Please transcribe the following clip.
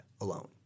Alone